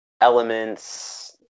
elements